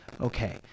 Okay